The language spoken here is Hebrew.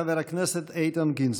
חבר הכנסת איתן גינזבורג.